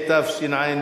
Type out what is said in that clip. התשע"ב